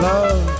Love